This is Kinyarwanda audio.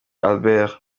albert